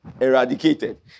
eradicated